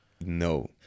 No